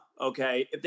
okay